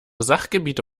sachgebiete